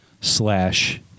slash